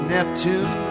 Neptune